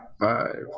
five